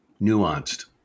nuanced